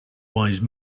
wise